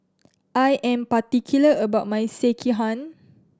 I am particular about my Sekihan